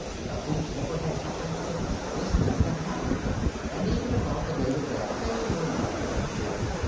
nothing ever had happened since existence had happened and even about the date of that they were not very sure.